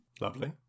Lovely